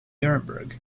nuremberg